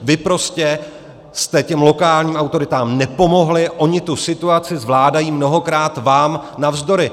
Vy prostě jste tím lokálním autoritám nepomohli, ony tu situaci zvládají mnohokrát vám navzdory.